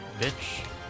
bitch